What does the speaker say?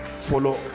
follow